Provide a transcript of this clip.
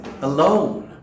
alone